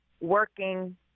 working